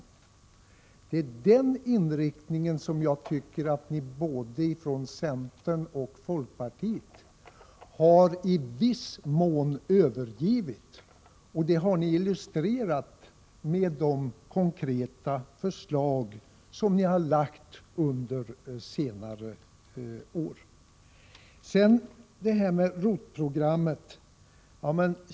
Det är en inriktning som jag tycker att ni, både centern och folkpartiet, i viss mån har övergivit. Det har ni illustrerat med de konkreta förslag som ni har lagt fram under senare år. Så till ROT-programmet.